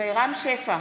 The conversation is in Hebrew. רם שפע,